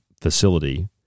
facility